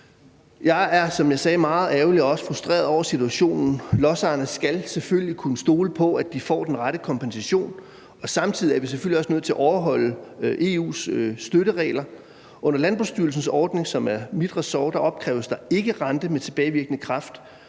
også frustreret over situationen. Lodsejerne skal selvfølgelig kunne stole på, at de får den rette kompensation. Samtidig er vi selvfølgelig også nødt til at overholde EU's støtteregler. Under Landbrugsstyrelsens ordning, som er mit ressort, opkræves der ikke rente med tilbagevirkende kraft.